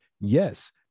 Yes